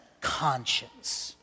Conscience